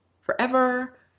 forever